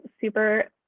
super